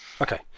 okay